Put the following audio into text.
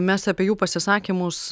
mes apie jų pasisakymus